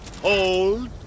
Hold